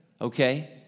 okay